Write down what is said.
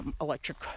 electric